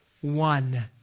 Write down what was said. one